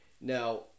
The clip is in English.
Now